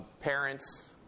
Parents